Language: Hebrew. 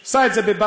הוא עשה את זה בבאזל,